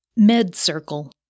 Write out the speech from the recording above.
Medcircle